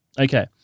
Okay